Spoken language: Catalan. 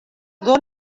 dóna